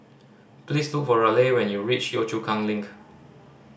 please look for Raleigh when you reach Yio Chu Kang Link